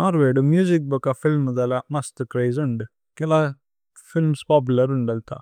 നോര്വേഗ്ദു music ബോക film ദല മസ്തു ക്രേഇസ് ഓന്ദ്ജു। കേല ഫില്മ്സ് പോപുലര് ഓന്ദല്ത।